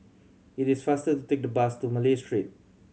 it is faster to take the bus to Malay Street